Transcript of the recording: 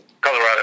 Colorado